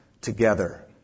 together